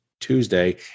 Tuesday